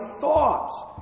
thoughts